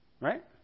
Right